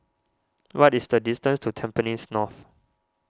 what is the distance to Tampines North